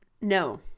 No